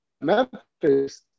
Memphis